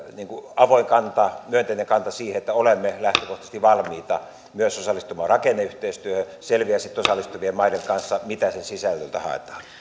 avoin myönteinen kanta siihen että olemme lähtökohtaisesti valmiita myös osallistumaan rakenneyhteistyöhön se selviää sitten osallistuvien maiden kanssa mitä sen sisällöltä haetaan